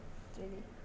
really